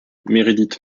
meredith